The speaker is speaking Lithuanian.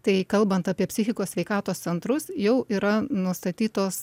tai kalbant apie psichikos sveikatos centrus jau yra nustatytos